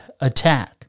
attack